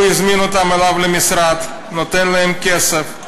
הוא הזמין אותם אליו למשרד, נותן להם כסף,